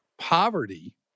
poverty